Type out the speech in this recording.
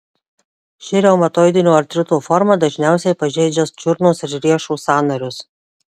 ši reumatoidinio artrito forma dažniausiai pažeidžia čiurnos ir riešo sąnarius